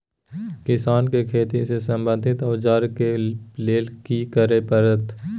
किसान के खेती से संबंधित औजार के लेल की करय परत?